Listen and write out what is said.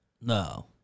No